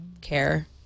care